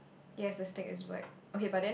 yes the stick is white okay but then